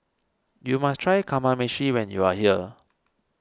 you must try Kamameshi when you are here